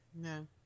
No